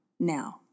now